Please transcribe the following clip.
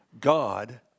God